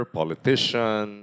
politician